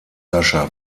sascha